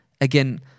again